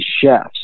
chefs